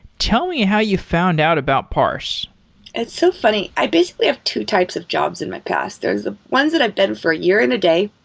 tell me how you found out about parse it's so funny. i basically have two types of jobs in my past. there's the ones that i've done for a year and a day,